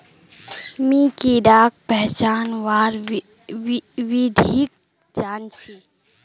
मी कीडाक पहचानवार विधिक जन छी